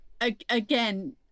again